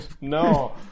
No